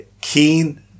keen